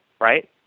Right